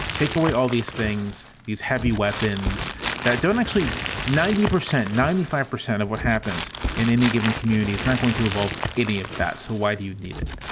take away all these things, these heavy weapons that don't actually ninety percent, ninety five percent of what happens in any given community is not going to involve any of that. so why do you need it?